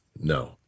No